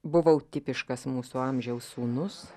buvau tipiškas mūsų amžiaus sūnus